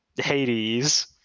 Hades